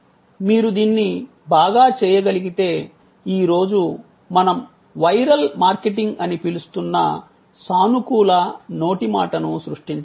మీరు దీన్ని బాగా చేయగలిగితే ఈ రోజు మనం వైరల్ మార్కెటింగ్ అని పిలుస్తున్న సానుకూల నోటి మాటను సృష్టించవచ్చు